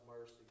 mercy